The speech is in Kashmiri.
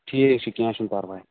ٹھیٖک چھُ کیٚنٛہہ چھُنہٕ پَرواے